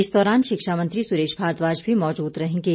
इस दौरान शिक्षा मंत्री सुरेश भारद्वाज भी मौजूद रहेंगे